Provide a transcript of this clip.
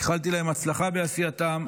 איחלתי להם הצלחה בעשייתם.